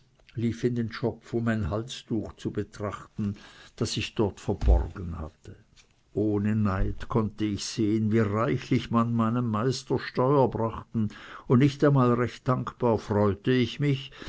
lief in den schopf um mein halstuch zu betrachten das ich dort verborgen hatte ohne neid konnte ich sehen wie reichlich man meinem meister steuern brachte und nicht einmal recht dankbar freute ich mich